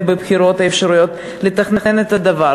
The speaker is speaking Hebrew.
להשתתף בבחירות לרשויות לתכנן את הדבר.